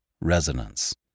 resonance